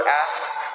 asks